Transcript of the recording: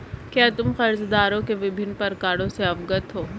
क्या तुम कर्जदारों के विभिन्न प्रकारों से अवगत हो?